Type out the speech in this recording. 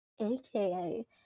aka